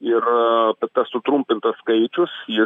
ir tas sutrumpintas skaičius jis